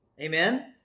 Amen